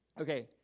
Okay